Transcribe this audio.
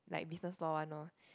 like business law one lor